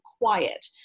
quiet